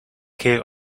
keer